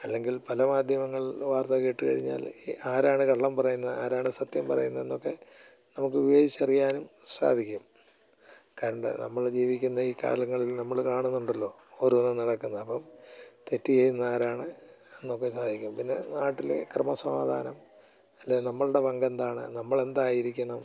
അല്ലെങ്കിൽ പല മാധ്യമങ്ങളിൽ വാർത്ത കേട്ട് കഴിഞ്ഞാൽ ആരാണ് കള്ളം പറയുന്നത് ആരാണ് സത്യം പറയുന്നത് എന്നൊക്കെ നമുക്ക് വിവേകിച്ച് അറിയാനും സാധിക്കും കരണ്ട് നമ്മൾ ജീവിക്കുന്ന ഈ കാലങ്ങളിൽ നമ്മൾ കാണുന്നുണ്ടല്ലോ ഓരോന്നും നടക്കുന്നത് അപ്പം തെറ്റ് ചെയ്യുന്നത് ആരാണ് എന്നൊക്കെ സഹായിക്കും പിന്നെ നാട്ടിലെ ക്രമസമാധാനം അതിൽ നമ്മളുടെ പങ്കെന്താണ് നമ്മളെന്തായിരിക്കണം